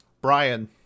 Brian